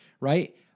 right